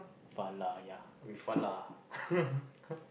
Falah ya with Falah